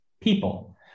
people